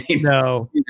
No